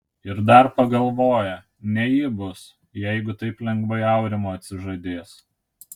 ir dar pagalvoja ne ji bus jeigu taip lengvai aurimo atsižadės